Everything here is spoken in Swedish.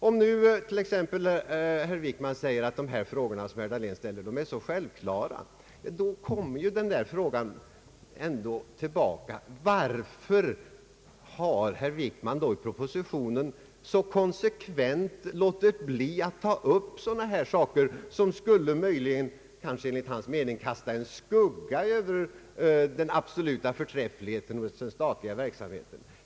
Om nu herr Wickman säger att de frågor som herr Dahlen ställer är självklara, kommer ändå den frågan tillbaka, varför herr Wickman i propositionen så konsekvent underlåtit att ta upp saker som enligt hans mening möjligen skulle kasta en skugga över den absoluta förträffligheten hos den statliga verksamheten.